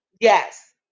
Yes